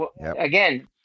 Again